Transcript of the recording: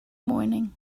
morning